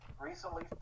recently